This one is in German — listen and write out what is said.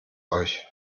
euch